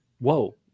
whoa